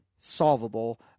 solvable